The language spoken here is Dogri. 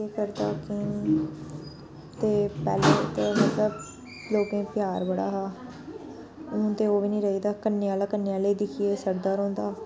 केह् करदा केह् नी ते पैह्लें मतलब लोकें च प्यार बड़ा हा हून ते ओह् बी नी रेही गेदा कन्नै आह्ला कन्नै आह्ले दिक्खियै सड़दा रौंहदा